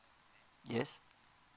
yes